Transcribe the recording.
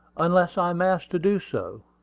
unless i am asked to do so.